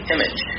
Image